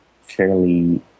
fairly